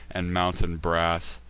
and mountain brass.